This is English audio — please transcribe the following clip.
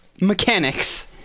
mechanics